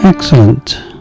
Excellent